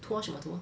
拖什么拖